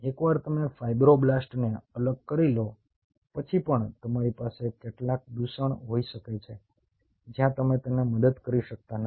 એકવાર તમે ફાઇબ્રોબ્લાસ્ટ્સને અલગ કરી લો પછી પણ તમારી પાસે કેટલાક દૂષણ હોઈ શકે છે જ્યાં તમે તેને મદદ કરી શકતા નથી